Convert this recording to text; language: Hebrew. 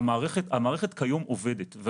המערכת כיום עובדת.